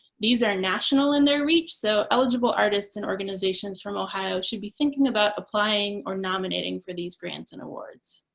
these are national in their reach, so eligible artists and organizations from ohio should be thinking about applying or nominating for these grants and awards.